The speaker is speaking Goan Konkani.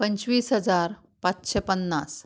पंचवीस हजार पांचशें पन्नास